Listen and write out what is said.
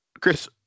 Chris